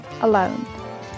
alone